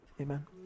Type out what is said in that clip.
amen